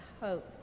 hope